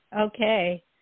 Okay